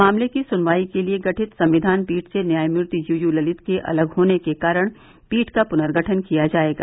मामले की सुनवाई के लिए गठित संविधान पीठ से न्यायमूर्ति यूयू ललित के अलग होने के कारण पीठ का पुनर्गठन किया जाएगा